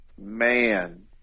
Man